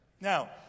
Now